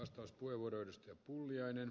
arvoisa puhemies